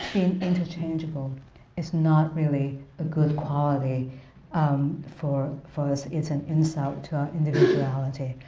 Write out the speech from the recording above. interchangeable is not really a good quality um for for us. it's an insult to our individuality.